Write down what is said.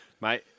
Mate